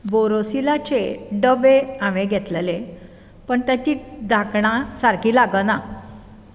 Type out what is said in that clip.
बोरोसिलाचे हांवे घेतलेले पूण तांचीं धाकणां सारकीं लागनात